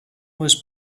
was